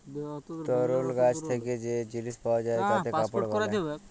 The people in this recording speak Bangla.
তুলর গাছ থেক্যে যে জিলিস পাওয়া যায় তাতে কাপড় বালায়